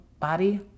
body